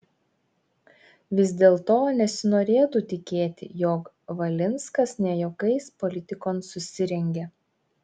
vis dėlto nesinorėtų tikėti jog valinskas ne juokais politikon susirengė